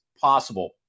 possible